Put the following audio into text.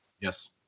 Yes